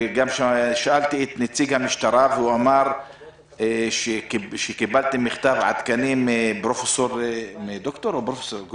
וגם שאלתי את נציג המשטרה והוא אמר שקיבלתם מכתב עדכני מפרופ' גרוטו.